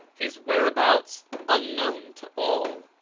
his whereabouts unknown to all.